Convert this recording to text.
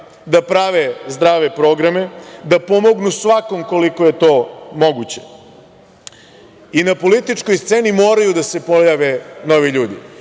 da prave zdrave programe, da pomognu svakom koliko je to moguće. Na političkoj sceni moraju da se pojave novi